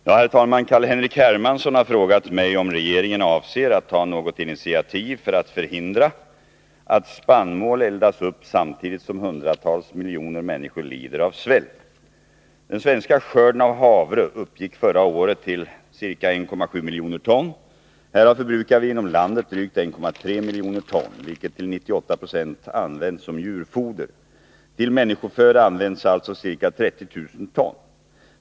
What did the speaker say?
Herr talman! Carl-Henrik Hermansson har frågat mig om regeringen avser att ta något initiativ för att förhindra att spannmål eldas upp samtidigt som hundratals miljoner människor lider av svält. Den svenska skörden av havre uppgick förra året till ca 1,7 miljoner ton. Härav förbrukar vi inom landet drygt 1,3 miljoner ton, vilket till 98 9o används som djurfoder. Till människoföda används alltså ca 30 000 ton.